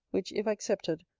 which, if accepted,